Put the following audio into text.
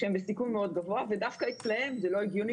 שהם בסיכון מאוד גבוה ודווקא אצלם זה לא הגיוני